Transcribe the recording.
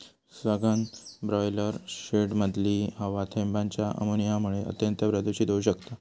सघन ब्रॉयलर शेडमधली हवा थेंबांच्या अमोनियामुळा अत्यंत प्रदुषित होउ शकता